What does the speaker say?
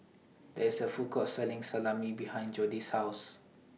There IS A Food Court Selling Salami behind Jody's House